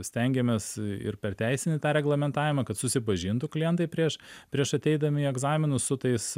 stengiamės ir per teisinį reglamentavimą kad susipažintų klientai prieš prieš ateidami į egzaminus su tais